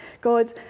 God